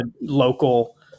local